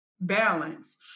balance